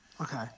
Okay